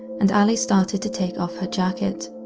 and allie started to take off her jacket.